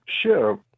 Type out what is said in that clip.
Sure